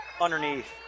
underneath